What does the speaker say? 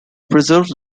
preserve